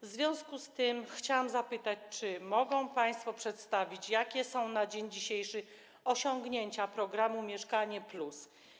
W związku z tym chciałam zapytać: Czy mogą państwo przedstawić, jakie są na dzień dzisiejszy osiągnięcia programu „Mieszkanie+”